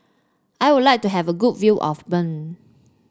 I would like to have a good view of Bern